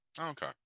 okay